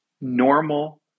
normal